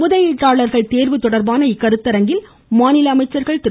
முதலீட்டாளர்கள் தேர்வு தொடர்பான இக்கருத்தரங்கில் மாநில அமைச்சர்கள் திரு